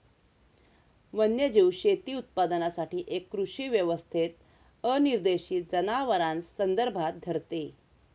वन्यजीव शेती उत्पादनासाठी एक कृषी व्यवस्थेत अनिर्देशित जनावरांस संदर्भात धरते